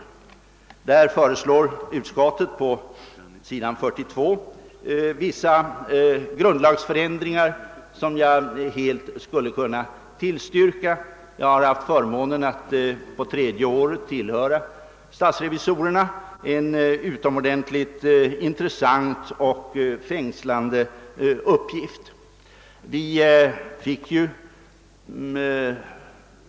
Utskottet föreslår på S. 42 vissa grundlagsändringar, som jag helt skulle kunna tillstyrka — jag har förmånen att på tredje året tillhöra statsrevisorerna, nu senast som deras ordförande, en utomordentligt intressant och fängslande uppgift.